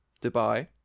Dubai